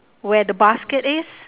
where the basket is